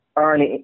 Early